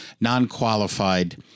non-qualified